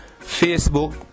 Facebook